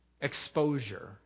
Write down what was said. Exposure